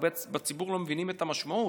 בציבור לא מבינים את המשמעות.